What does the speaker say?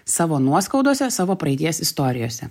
savo nuoskaudose savo praeities istorijose